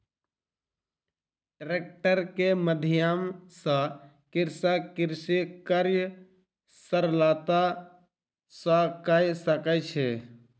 tractor के माध्यम सॅ कृषक कृषि कार्य सरलता सॅ कय सकै छै